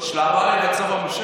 שלב ב',